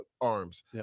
arms